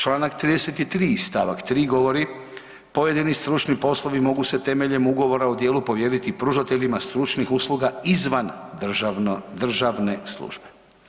Članak 33. stavak 3. govori: „Pojedini stručni poslovi mogu se temeljem ugovora o djelu provjeriti pružateljima stručnih usluga izvan državne službe.